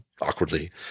awkwardly